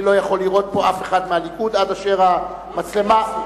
אף אחד מהליכוד עד אשר המצלמה,